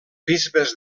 bisbes